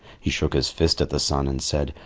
he shook his fist at the sun and said,